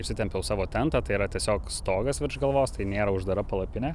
užsitempiau savo tentą tai yra tiesiog stogas virš galvos tai nėra uždara palapinė